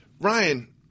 Ryan